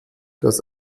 das